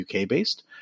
UK-based